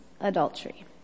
adultery